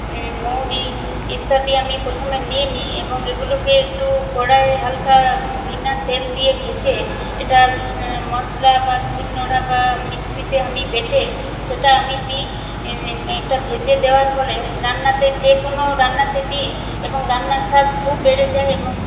মৌড়ি ইত্যাদি আমি প্রথমে নিয়ে নিই এবং এগুলোকে একটু কড়ায় হালকা বিনা তেল দিয়ে ভেজে এটা মসলা বা শিলনোড়া বা মিক্সিতে আমি বেটে সেটা আমি দিই এটা ভেজে দেওয়ার ফলে রান্নাতে যে কোনো রান্নাতে দিই এবং রান্নার স্বাদ খুব বেড়ে যায় এবং